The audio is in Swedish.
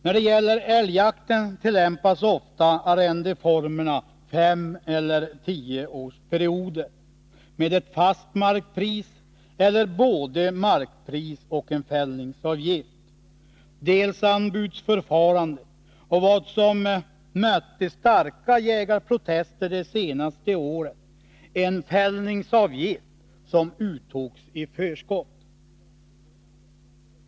När det gäller älgjakten tillämpas ofta arrendeformerna femeller tioårsperioder, med ett fast markpris eller både markpris och en fällningsavgift. Anbudsförfarande förekommer också och, något som mötte starka jägarprotester det senaste året, en fällningsavgift som uttogs i förskott.